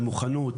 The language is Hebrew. של מוכנות,